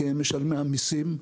כי הם משלמי המיסים,